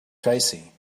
tracy